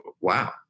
wow